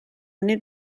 nit